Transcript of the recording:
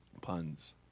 Puns